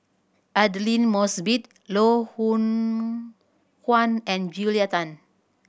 Aidli Mosbit Loh Hoong Kwan and Julia Tan